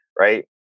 Right